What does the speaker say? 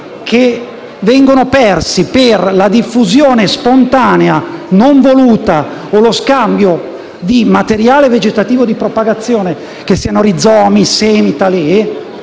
a livello mondiale per la diffusione spontanea, non voluta, o lo scambio di materiale vegetativo di propagazione (che siano rizomi, semi o talee)